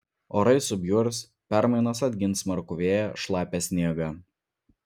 orai subjurs permainos atgins smarkų vėją šlapią sniegą